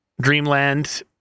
dreamland